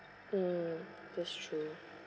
mm that's true